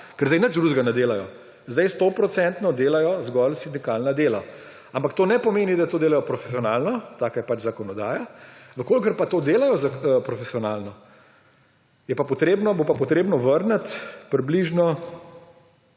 ker sedaj nič drugega ne delajo, sedaj stoprocentno delajo zgolj sindikalno delo. Ampak to ne pomeni, da to delajo profesionalno, takšna je pač zakonodaja. V kolikor pa to delajo profesionalno, bo pa treba vrniti približno